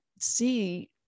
see